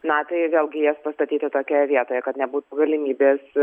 na tai vėlgi jas pastatyti tokioje vietoje kad nebūtų galimybės